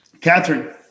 Catherine